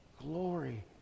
glory